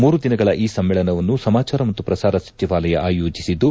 ಮೂರು ದಿನಗಳ ಈ ಸಮ್ಮೇಳನವನ್ನು ಸಮಾಚಾರ ಮತ್ತು ಪ್ರಸಾರ ಸಚಿವಾಲಯ ಆಯೋಜಿಸಿದ್ದು